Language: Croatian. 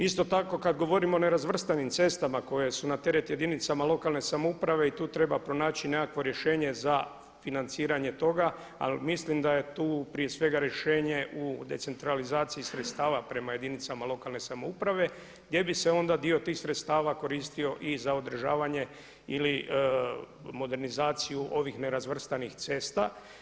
Isto tako kad govorim o nerazvrstanim cestama koje su na teret jedinicama lokalne samouprave i tu treba pronaći nekakvo rješenje za financiranje toga, ali mislim da je tu prije svega rješenje u decentralizaciji sredstava prema jedinicama lokalne samouprave gdje bi se onda dio tih sredstava koristio i za održavanje ili modernizaciju ovih nerazvrstanih cesta.